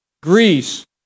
Greece